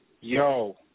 Yo